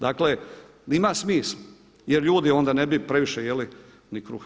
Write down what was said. Dakle, ima smisla jer ljudi onda ne bi previše jeli ni kruha.